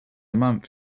month